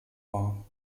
war